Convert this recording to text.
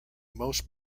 most